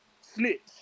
snitch